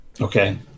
Okay